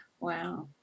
wow